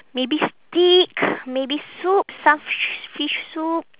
maybe steak maybe soup some fish fish soup